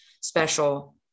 special